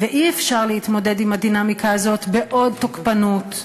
ואי-אפשר להתמודד עם הדינמיקה הזאת בעוד תוקפנות,